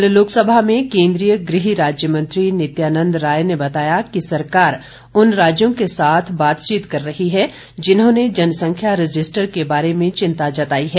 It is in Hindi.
कल लोकसभा में केंद्रीय गृह राज्य मंत्री नित्यानंद राय ने बताया कि सरकार उन राज्यों के साथ बातचीत कर रही है जिन्होंने जनसंख्या रजिस्टर के बारे में चिंता जताई है